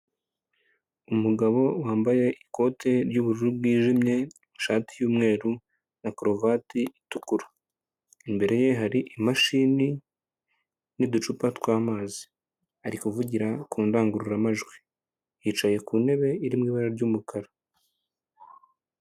Umugabo wambaye ikote ry'ubururu bwijimye, ishati y'umweru na karuvati itukura, imbere ye hari imashini n'uducupa tw'amazi ari kuvugira ku ndangururamajwi, yicaye ku ntebe iri mu ibara ry'umukara.